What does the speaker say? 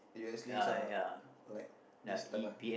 U_S leagues are this type ah